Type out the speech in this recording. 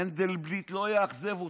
מנדלבליט לא יאכזב אותי.